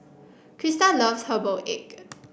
Christa loves Herbal Egg